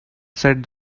said